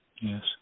Yes